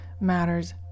matters